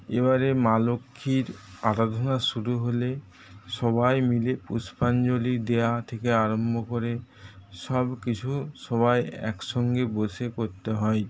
এবারে মা লক্ষ্মীর আরাধনা শুরু হলে সবাই মিলে পুষ্পাঞ্জলি দেওয়া থেকে আরম্ভ করে সবকিছু সবাই একসঙ্গে বসে করতে হয়